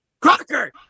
Crocker